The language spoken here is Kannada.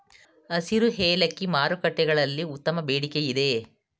ಹಸಿರು ಏಲಕ್ಕಿ ಮಾರುಕಟ್ಟೆಗಳಲ್ಲಿ ಉತ್ತಮ ಬೇಡಿಕೆಯಿದೆ